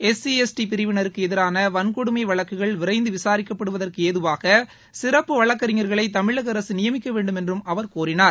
SC ST பிரிவினருக்கு எதிரான வன்கொடுமை வழக்குகள் விரைந்து விசாரிக்கப்படுவதற்கு ஏதுவாக சிறப்பு வழக்கறிஞர்களை தமிழக அரசு நியமிக்க வேண்டுமென்றும் அவர் கோரினார்